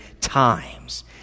times